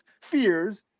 fears